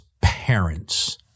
parents